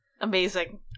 Amazing